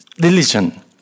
religion